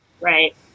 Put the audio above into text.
right